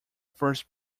first